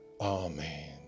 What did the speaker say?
Amen